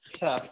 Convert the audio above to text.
अच्छा